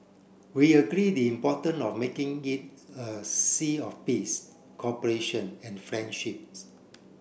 we agree the importance of making it a sea of peace cooperation and friendships